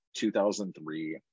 2003